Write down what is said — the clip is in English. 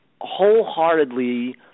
wholeheartedly